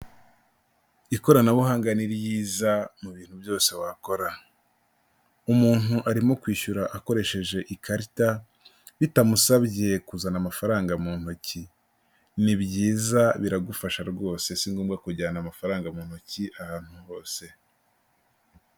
Ikoranabuhanga ni ryiza mu bintu byose wakora, umuntu arimo kwishyura akoresheje ikarita bitamusabye kuzana amafaranga mu ntoki, ni byiza biragufasha rwose si ngombwa kujyana amafaranga mu ntoki ahantu hose.